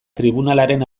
tribunalaren